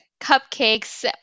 cupcakes